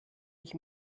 ich